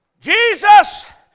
Jesus